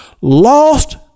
lost